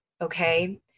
Okay